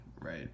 right